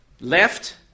left